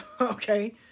Okay